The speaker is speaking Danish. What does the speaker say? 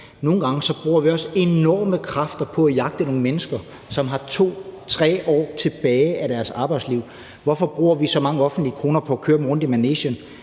nogle gange bruger vi enorme kræfter på at jagte nogle mennesker, som har 2-3 år tilbage af deres arbejdsliv. Hvorfor bruger vi så mange offentlige kroner på at trække dem rundt